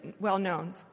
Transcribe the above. well-known